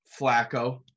Flacco